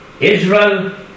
Israel